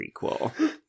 prequel